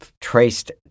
traced